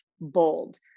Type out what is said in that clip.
bold